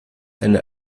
eine